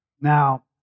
Now